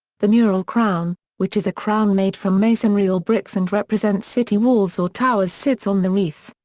the mural crown which is a crown made from masonry or bricks and represents city walls or towers sits on the wreath.